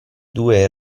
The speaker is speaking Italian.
due